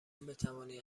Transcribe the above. بتوانید